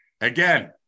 Again